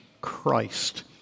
Christ